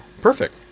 Perfect